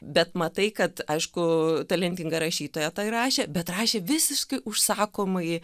bet matai kad aišku talentinga rašytoja tai rašė bet rašė visiškai užsakomąjį